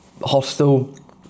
hostel